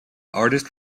artist